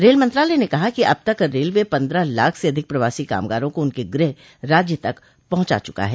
rail मंत्रालय ने कहा कि अब तक रेलवे पंद्रह लाख से अधिक प्रवासी कामगारों को उनक गृह राज्य तक पहुंचा चुका है